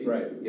Right